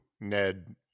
Ned